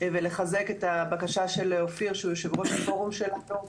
ולחזק את הבקשה של אופיר שהוא יו"ר הפורום שלנו.